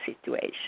situation